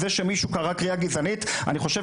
זה שמישהו קרא קריאה גזענית אני חושב